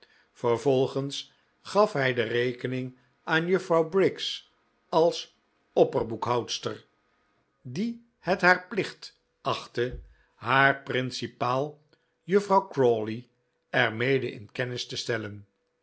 vervolgens gaf hij de rekening aan juffrouw briggs als opperboekhoudster die het haar plicht achtte haar principaal juffrouw crawley er mede in kennis te stellen